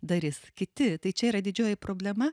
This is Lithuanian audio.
darys kiti tai čia yra didžioji problema